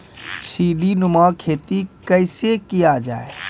सीडीनुमा खेती कैसे किया जाय?